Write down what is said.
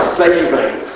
saving